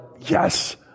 yes